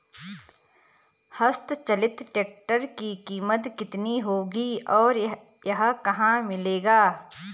हस्त चलित ट्रैक्टर की कीमत कितनी होगी और यह कहाँ मिलेगा?